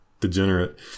degenerate